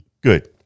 good